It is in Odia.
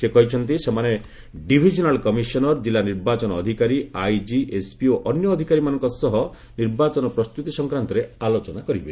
ସେ କହିଛନ୍ତି ସେମାନେ ଡିଭିଜନାଲ୍ କମିଶନର ଜିଲ୍ଲା ନିର୍ବାଚନ ଅଧିକାରୀ ଆଇଜି ଏସ୍ପି ଓ ଅନ୍ୟ ଅଧିକାରୀମାନଙ୍କ ସହ ନିର୍ବାଚନ ପ୍ରସ୍ତୁତି ସଂକ୍ରାନ୍ତରେ ଆଲୋଚନା କରିବେ